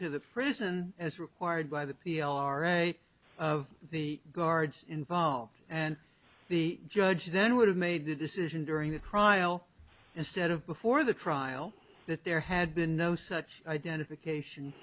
to the prison as required by the p r a of the guards involved and the judge then would have made the decision during the trial instead of before the trial that there had been no such identification